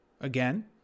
again